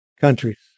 countries